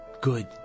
Good